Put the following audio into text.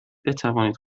بتوانید